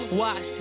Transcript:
watch